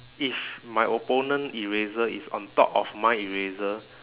if my opponent eraser is on top of my eraser